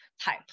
type